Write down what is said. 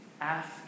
ask